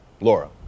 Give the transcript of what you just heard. Laura